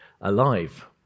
alive